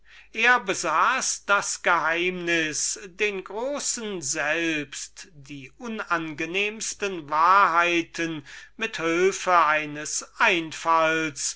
er besaß das geheimnis den großen selbst die unangenehmste wahrheiten mit hülfe eines einfalls